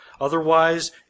Otherwise